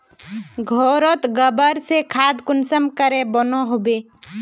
घोरोत गबर से खाद कुंसम के बनो होबे?